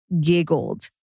giggled